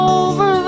over